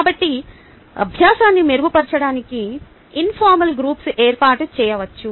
కాబట్టి అభ్యాసాన్ని మెరుగుపరచడానికి ఇన్ఫార్మల్ గ్రూప్స్ ఏర్పాటు చేయవచ్చు